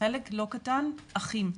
חלק לא קטן אפילו אחים.